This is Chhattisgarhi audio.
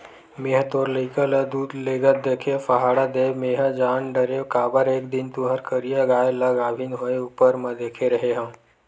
मेंहा तोर लइका ल दूद लेगत देखेव सहाड़ा देव मेंहा जान डरेव काबर एक दिन तुँहर करिया गाय ल गाभिन होय ऊपर म देखे रेहे हँव